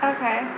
Okay